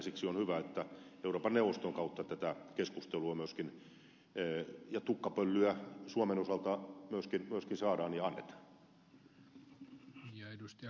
siksi on hyvä että euroopan neuvoston kautta tätä keskustelua ja tukkapöllyä suomen osalta myöskin saadaan ja annetaan